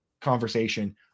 conversation